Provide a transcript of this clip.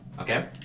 Okay